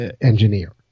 engineer